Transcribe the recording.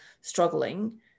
struggling